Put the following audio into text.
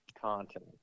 content